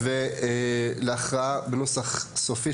אלה שיקולים התיישבותיים.